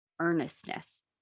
earnestness